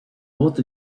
both